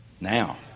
Now